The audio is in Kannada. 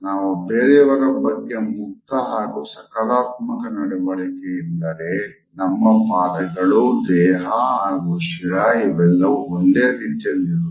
ನಾವು ಬೇರೆಯವರ ಬಗ್ಗೆ ಮುಕ್ತ ಹಾಗು ಸಕಾರಾತ್ಮಕ ನಡವಳಿಕೆ ಇದ್ದರೇ ನಮ್ಮ ಪಾದಗಳು ದೇಹ ಹಾಗು ಶಿರ ಇವೆಲ್ಲವೂ ಒಂದೇ ರೀತಿಯಲ್ಲಿ ಇರುತ್ತದೆ